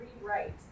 rewrite